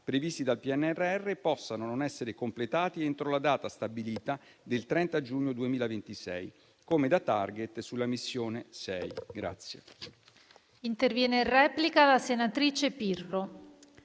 previsti dal PNRR possano non essere completate entro la data stabilita del 30 giugno 2026, come da *target* sulla missione 6.